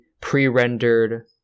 pre-rendered